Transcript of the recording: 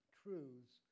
truths